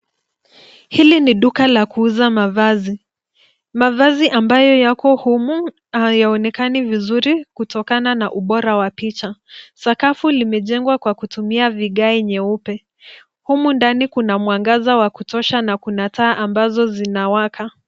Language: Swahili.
Hili ni duka la kuuza mavazi. Mavazi ambayo yako humu hayaonekani vizuri kutokana na ubora wa picha. Sakafu limejengwa kwa kutumia vigae nyeupe. Humu ndani kuna mwangaza wa kutosha na kuna taa ambazo zinawaka.